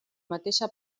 mateixa